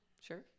Sure